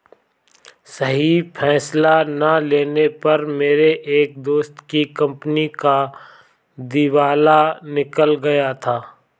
सही फैसला ना लेने पर मेरे एक दोस्त की कंपनी का दिवाला निकल गया था